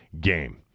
game